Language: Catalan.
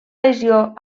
lesió